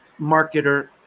marketer